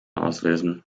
auslösen